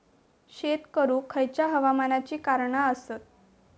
शेत करुक खयच्या हवामानाची कारणा आसत?